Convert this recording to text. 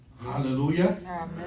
Hallelujah